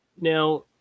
now